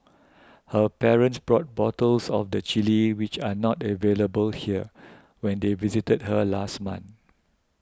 her parents brought bottles of the chilli which are not available here when they visited her last month